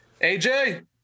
AJ